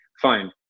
fine